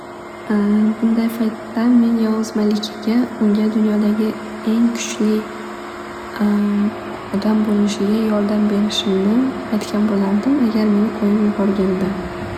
Bunday paytda men yovuz malikaga dunyodagi eng kuchli odam bo'lishiga yordam berishimni aytgan bo'lardim agar meni qo'yib yuborganda.